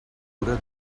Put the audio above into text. cura